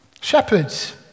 Shepherds